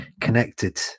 connected